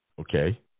Okay